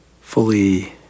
fully